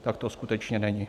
Tak to skutečně není.